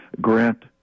grant